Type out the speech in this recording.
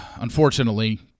unfortunately